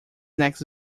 next